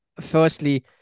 firstly